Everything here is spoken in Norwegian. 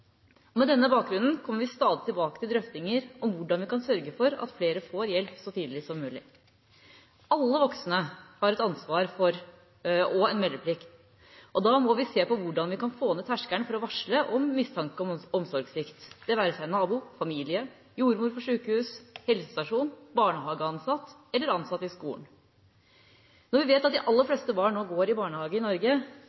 Med denne bakgrunnen kommer vi stadig tilbake til drøftinger om hvordan vi kan sørge for at flere får hjelp så tidlig som mulig. Alle voksne har et ansvar og en meldeplikt, og da må vi se på hvordan vi kan få ned terskelen for å varsle om mistanke om omsorgssvikt, det være seg nabo, familie, jordmor på sykehus, helsestasjon, barnehageansatt eller ansatte i skolen. Når vi vet at de aller